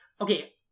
okay